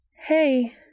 Hey